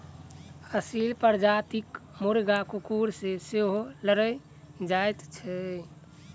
असील प्रजातिक मुर्गा कुकुर सॅ सेहो लड़ि जाइत छै